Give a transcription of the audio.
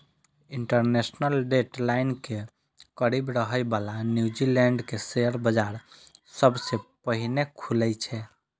international date line के करीब रहै बला न्यूजीलैंड के शेयर बाजार सबसं पहिने खुलै छै